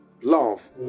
Love